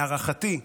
להערכתי,